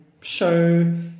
show